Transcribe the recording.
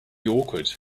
awkward